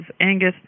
Angus